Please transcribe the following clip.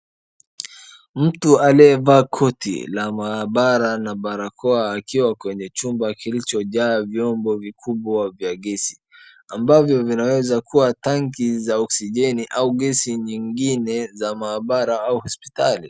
Mtu aliyevaa koti la maabara na barakoa akiwa kwenye chumba kilicho jaa vyombo vikubwa vya gesi ambavyo vinaweza kuwa tanki za oksijeni au gesi nyingine za maabara au hospitali.